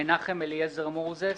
מנחם אליעזר מוזס